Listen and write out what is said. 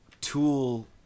tool